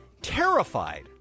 terrified